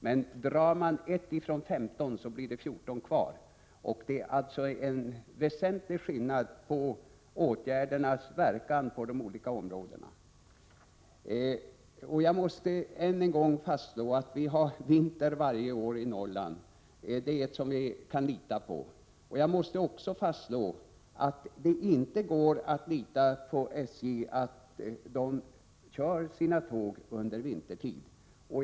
Men drar man ett ifrån femton så får man fjorton kvar, och det är en väsentlig skillnad mellan åtgärdernas verkan i de olika områdena. Jag måste än en gång slå fast att vi har vinter varje år i Norrland; det är något som vi kan lita på. Jag måste också fastslå att det inte går att lita på att SJ kör sina tåg under vintertid.